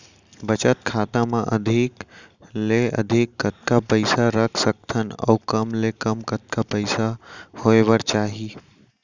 बचत खाता मा अधिक ले अधिक कतका पइसा रख सकथन अऊ कम ले कम कतका पइसा होय बर चाही?